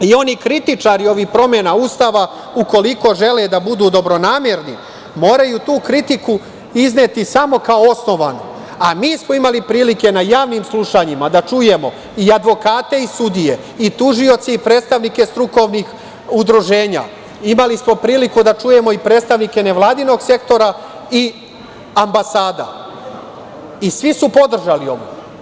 Oni kritičari ovih promena Ustava ukoliko žele da budu dobronamerni moraju tu kritiku izneti samo kao osnovanu, a mi smo imali prilike na javnim slušanjima da čujemo i advokate i sudije, i tužioce i predstavnike strukovnih udruženja, imali smo priliku da čujemo i predstavnike nevladinog sektora i ambasada, i svi su podržali ovo.